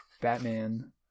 Batman